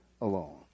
alone